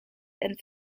and